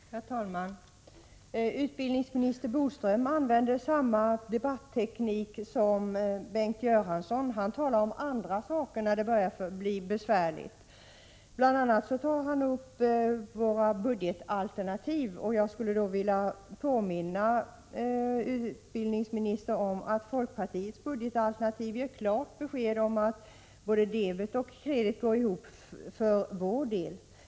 Herr talman! Utbildningsminister Bodström använder samma debatteknik som Bengt Göransson — han talar om andra saker när det börjar bli besvärligt. Bl. a. talar han om våra budgetalternativ, och jag skulle då vilja påminna utbildningsministern om att folkpartiets budgetalternativ ger klart besked om att debet och kredit går ihop för vår del.